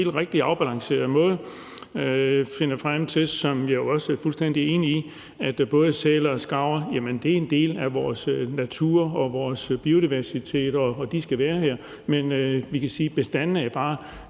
på den helt rigtige og afbalancerede måde finder frem til, hvad jeg jo også er fuldstændig enig i, at både sæler og skarver er en del af vores natur og vores biodiversitet. De skal være her, men bestanden udvikler